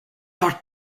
are